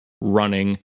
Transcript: running